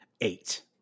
eight